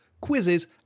quizzes